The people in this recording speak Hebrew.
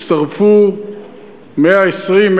הצטרפו 120,000,